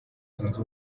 zunze